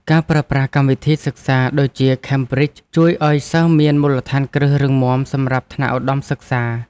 ការប្រើប្រាស់កម្មវិធីសិក្សាដូចជាខេមប្រីជជួយឱ្យសិស្សមានមូលដ្ឋានគ្រឹះរឹងមាំសម្រាប់ថ្នាក់ឧត្តមសិក្សា។